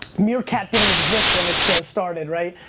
meerkat, didn't exist when this show started, right?